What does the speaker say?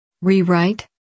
rewrite